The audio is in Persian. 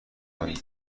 کنیم